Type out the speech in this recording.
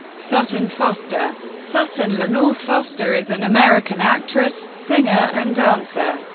sutton foster sutton lenore foster is an american actress, singer and dancer.